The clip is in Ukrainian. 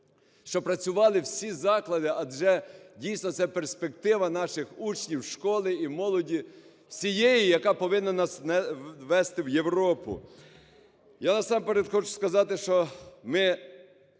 щоб працювали всі заклади, адже, дійсно, це перспектива наших учнів, школи і молоді всієї, яка повинна нас вести в Європу. Я насамперед хочу сказати, що ми